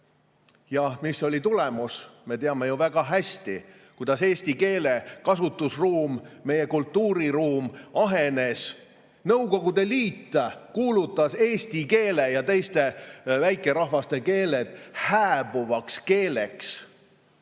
Ja mis oli tulemus? Me teame ju väga hästi, kuidas eesti keele kasutusruum, meie kultuuriruum ahenes. Nõukogude Liit kuulutas eesti keele ja teiste väikerahvaste keeled hääbuvateks keelteks.